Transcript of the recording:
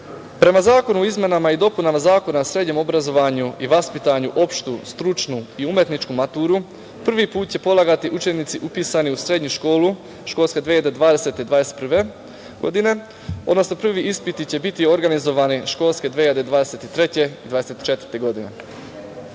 Zakonu o izmenama i dopunama Zakona o srednjem obrazovanju i vaspitanju, opštu, stručnu i umetničku maturu prvi put će polagati učenici upisani u srednju školu školske 2020/2021. godine, odnosno prvi ispiti će biti organizovani školske 2023/2024.